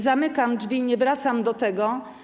Zamykam drzwi i nie wracam do tego.